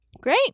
great